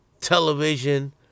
television